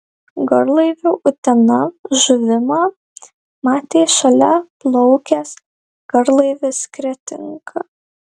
garlaivio utena žuvimą matė šalia plaukęs garlaivis kretinga